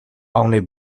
only